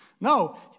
No